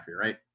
right